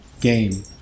game